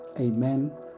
Amen